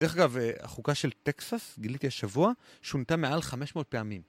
דרך אגב, החוקה של טקסס, גיליתי השבוע, שונתה מעל 500 פעמים.